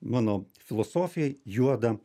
mano filosofijoj juoda